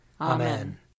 Amen